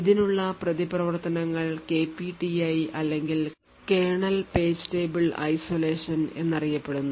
ഇതിനുള്ള പ്രതിപ്രവർത്തനങ്ങൾ KPTI അല്ലെങ്കിൽ Kernal Page Table Isolation എന്നറിയപ്പെടുന്നു